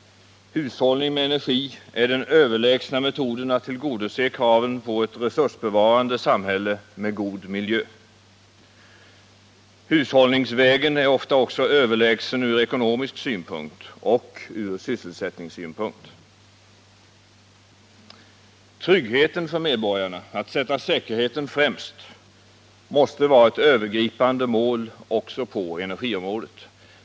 Hushållning med energi är den överlägsna metoden att tillgodose kraven på ett resursbevarande samhälle med en god miljö. Hushållningsvägen är ofta överlägsen också ur ekonomisk synpunkt och ur sysselsättningssynpunkt. Tryggheten för medborgarna, att sätta säkerheten främst, måste vara ett övergripande mål också på energiområdet.